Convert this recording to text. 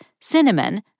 Cinnamon